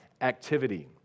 activity